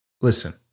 Listen